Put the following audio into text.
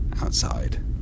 outside